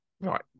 Right